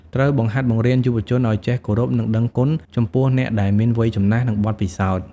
ត្រូវបង្ហាត់បង្រៀនយុវជនឲ្យចេះគោរព និងដឹងគុណចំពោះអ្នកដែលមានវ័យចំណាស់ និងបទពិសោធន៍។